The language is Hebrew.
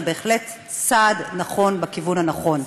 זה בהחלט צעד נכון בכיוון הנכון.